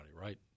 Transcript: right